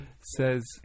says